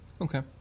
Okay